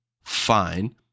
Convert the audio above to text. Fine